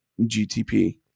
GTP